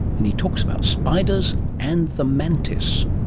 and he talks about spiders and the mantis.